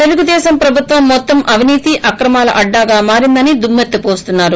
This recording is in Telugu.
తెలుగుదేశం ప్రభుత్వం మొత్తం అవినీతి అక్రమాల అడ్డాగా మారిందని దుమ్మెత్తి వోస్తున్నారు